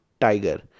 Tiger